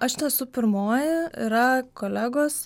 aš nesu pirmoji yra kolegos